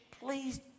Please